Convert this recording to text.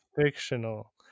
fictional